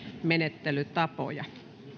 menettelytapoja